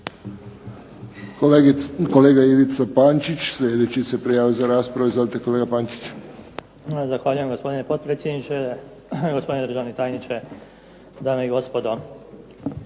Kolega Ivica Pančić sljedeći se prijavio za raspravu. Izvolite, kolega Pančić. **Pančić, Ivica (Nezavisni)** Zahvaljujem, gospodine potpredsjedniče. Gospodine državni tajniče, dame i gospodo.